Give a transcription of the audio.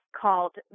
called